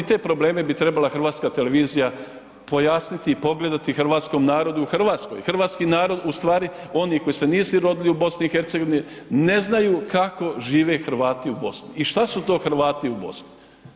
I te probleme bi trebala HRT pojasniti i pogledati hrvatskom narodu u Hrvatskoj, hrvatski narod ustvari, oni koji se nisu rodili u BiH-u, ne znaju kako žive Hrvati u Bosni i šta su to Hrvati u Bosni.